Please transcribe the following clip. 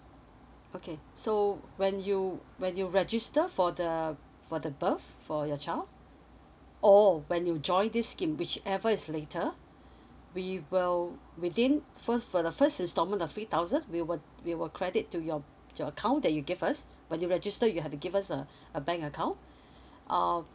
okay so when you when you register for the for the birth for your child oh when you join this scheme which ever is later we will within first for the first installment of three thousand we will we will credit to your your account that you give us when you register you have to give us uh a bank account um